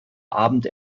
abend